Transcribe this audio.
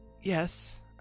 Yes